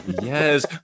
Yes